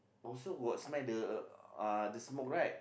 also got smell the uh the smoke right